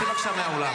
צאי בבקשה מהאולם.